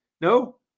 No